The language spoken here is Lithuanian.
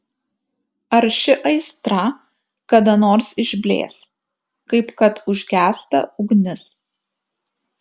ar ši aistra kada nors išblės kaip kad užgęsta ugnis